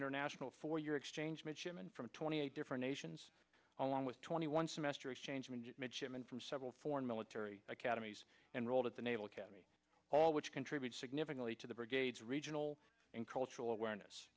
international for your exchange midshipmen from twenty eight different nations along with twenty one semester exchange midshipman from several foreign military academies and rolled at the naval academy all which contribute significantly to the brigade's regional and cultural awareness